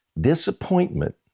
disappointment